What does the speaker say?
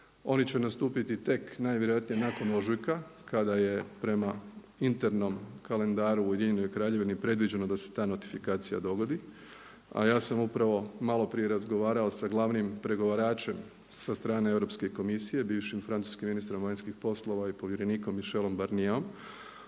Oni će nastupiti tek najvjerojatnije nakon ožujka kada je prema internom kalendaru u UK predviđeno da se ta notifikacija dogodi. A ja sam upravo maloprije razgovarao sa glavnim pregovaračem sa strane Europske komisije bivšim francuskim ministrom vanjskih poslova i povjerenikom Micheleom Barnierom